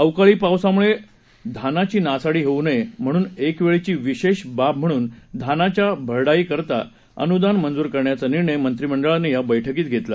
अवकाळी पावसामुळे धानाची नासाडी होऊ नये म्हणून एकवेळची विशेष बाब म्हणून धानाच्या भरडाईकरिता अनुदान मंजूर करण्याचा निर्णय मंत्रिमंडळानं या बैठकीत घेतला